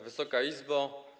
Wysoka Izbo!